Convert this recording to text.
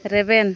ᱨᱮᱵᱮᱱ